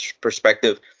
perspective